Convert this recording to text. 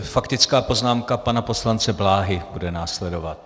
Faktická poznámka pana poslance Bláhy bude následovat.